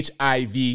HIV